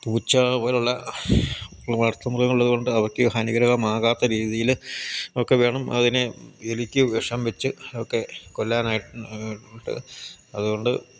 പൂച്ച പോലുള്ള വളർത്തുമൃഗങ്ങൾ ഉള്ളതുകൊണ്ട് അവയ്ക്ക് ഹാനികരമാകാത്ത രീതിയിൽ ഒക്കെ വേണം അതിനെ എലിക്ക് വിഷം വെച്ച് അതൊക്കെ കൊല്ലാനായിട്ട് അതുകൊണ്ട്